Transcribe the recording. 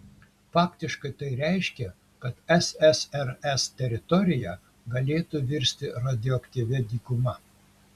faktiškai tai reiškė kad ssrs teritorija galėtų virsti radioaktyvia dykuma